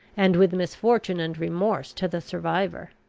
and with misfortune and remorse to the survivor.